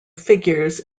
figures